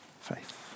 faith